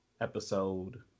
episode